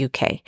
UK